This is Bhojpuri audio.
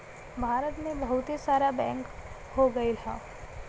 भारत मे बहुते सारा बैंक हो गइल हौ